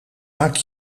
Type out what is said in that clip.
maak